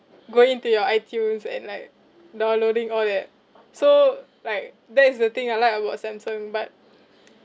go into your iTunes and like downloading all that so like that's the thing I like about samsung but